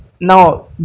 now